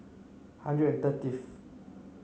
hundred thirtieth